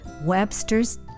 Webster's